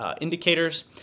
indicators